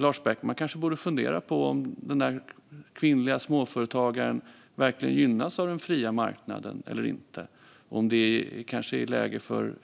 Lars Beckman borde kanske fundera på om den där kvinnliga småföretagaren verkligen gynnas av den fria marknaden eller inte. Är det kanske till och med läge för Lars